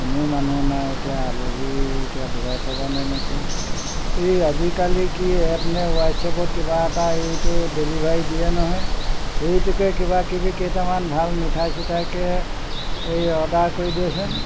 কোনো মানুহ নাই এতিয়া আলহী এতিয়া বহাই থবানে এনেকৈ এই আজিকালি কি এপ নে হোৱাটছএপত কিবা এটা এইটো ডেলিভাৰী দিয়ে নহয় সেইটোকে কিবাকিবি কেইটামান ভাল মিঠাই চিঠাইকে এই অৰ্ডাৰ কৰি দিয়েচোন